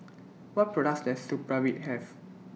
What products Does Supravit Have